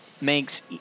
makes